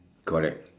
correct